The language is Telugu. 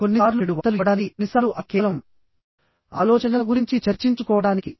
కొన్ని సార్లు చెడు వార్తలు ఇవ్వడానికి కొన్నిసార్లు అది కేవలం ఆలోచనల గురించి చర్చించుకోవడానికి